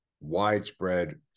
widespread